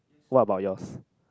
what about yours